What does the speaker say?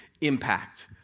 impact